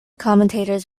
commentators